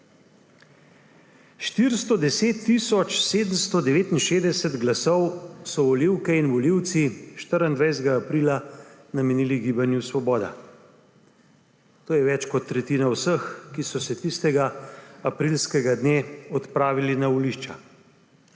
769 glasov so volivke in volivci 24. aprila namenili Gibanju Svoboda. To je več kot tretjina vseh, ki so se tistega aprilskega dne odpravili na volišča.